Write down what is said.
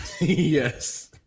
Yes